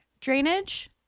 drainage